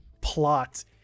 plot